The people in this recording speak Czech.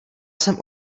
jsem